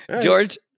George